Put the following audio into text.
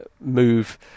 move